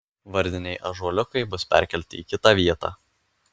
vardiniai ąžuoliukai bus perkelti į kitą vietą